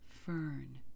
Fern